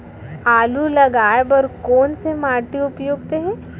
आलू लगाय बर कोन से माटी उपयुक्त हे?